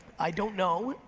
i don't know,